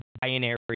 binary